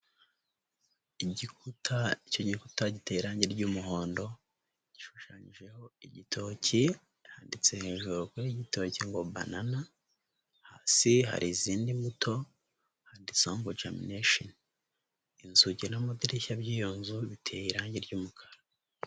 Igikuta icyo gikuta giteye irangi ry'umuhondo, gishushanyijeho igitoki, yanditse hejuru igitoki ngo banana, hasi hari izindi mbuto. Inzugi n'amadirishya byiyo nzu bifite irangi ry'umukara.